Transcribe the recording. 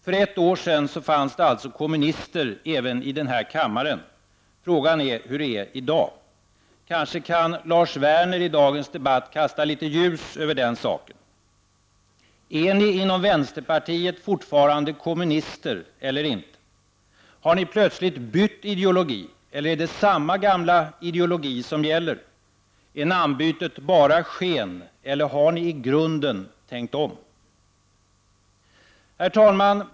För ett år sedan fanns det alltså kommunister även i denna kammare. Frågan är hur det är i dag. Kanske kan Lars Werner i dagens debatt kasta litet ljus över saken: Är ni inom vänsterpartiet fortfarande kommunister, eller är ni det inte? Har ni plötsligt bytt ideologi, eller är det samma gamla ideologi som gäller? Är namnbytet bara sken, eller har ni i grunden tänkt om? Herr talman!